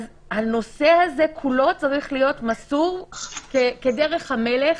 אז הנושא הזה כולו צריך להיות מסור כדרך המלך,